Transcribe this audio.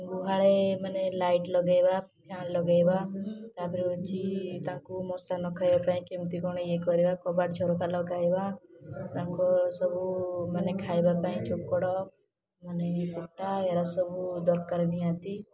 ଗୁହାଳେ ମାନେ ଲାଇଟ୍ ଲଗାଇବା ଫ୍ୟାନ୍ ଲଗାଇବା ତା'ପରେ ହେଉଛି ତାଙ୍କୁ ମଶା ନ ଖାଇବା ପାଇଁ କେମିତି କ'ଣ ୟେ କରିବା କବାଟ ଝରକା ଲଗାଇବା ତାଙ୍କ ସବୁ ମାନେ ଖାଇବା ପାଇଁ ଜୋକଡ଼ ମାନେ କୁଟା ଏସବୁ ଦରକାର ନିହାତି